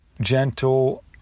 gentle